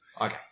Okay